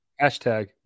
Hashtag